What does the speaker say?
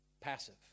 passive